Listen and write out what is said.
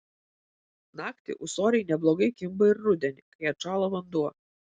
naktį ūsoriai neblogai kimba ir rudenį kai atšąla vanduo